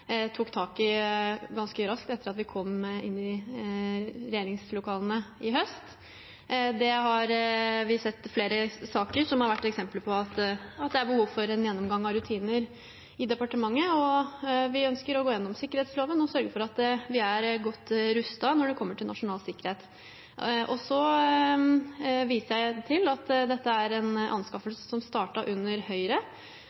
tok tak i ganske raskt etter at vi kom inn i regjeringslokalene i høst. Vi har sett flere saker som har vært eksempler på at det er behov for en gjennomgang av rutiner i departementet, og vi ønsker å gå gjennom sikkerhetsloven og sørge for at vi er godt rustet når det gjelder nasjonal sikkerhet. Så viser jeg til at dette er en